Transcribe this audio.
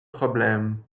problème